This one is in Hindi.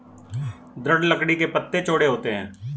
दृढ़ लकड़ी के पत्ते चौड़े होते हैं